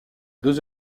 deux